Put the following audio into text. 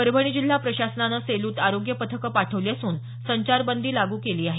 परभणी जिल्हा प्रशासनानं सेलुत आरोग्य पथकं पाठवली असून संचारबंदी लागू केली आहे